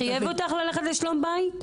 חייב אותך ללכת לשלום בית?